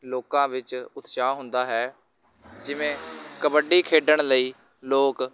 ਲੋਕਾਂ ਵਿੱਚ ਉਤਸ਼ਾਹ ਹੁੰਦਾ ਹੈ ਜਿਵੇਂ ਕਬੱਡੀ ਖੇਡਣ ਲਈ ਲੋਕ